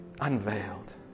unveiled